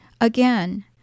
Again